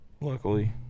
luckily